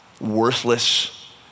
worthless